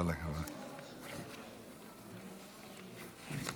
חברי הכנסת, אני רוצה